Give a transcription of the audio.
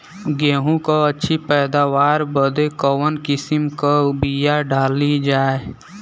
गेहूँ क अच्छी पैदावार बदे कवन किसीम क बिया डाली जाये?